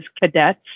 cadets